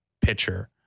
pitcher